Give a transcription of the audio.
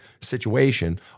situation